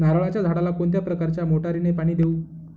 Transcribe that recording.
नारळाच्या झाडाला कोणत्या प्रकारच्या मोटारीने पाणी देऊ?